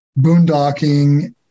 boondocking